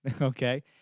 okay